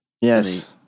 Yes